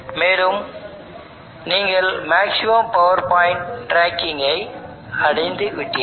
மேலும் நீங்கள் maximum power point ட்ராக்கிங்கை அடைந்துவிட்டீர்கள்